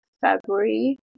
February